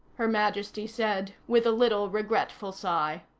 her majesty said with a little regretful sigh.